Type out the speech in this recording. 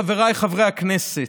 חבריי חברי הכנסת,